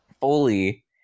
fully